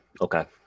okay